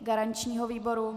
Garančního výboru?